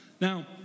Now